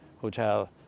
Hotel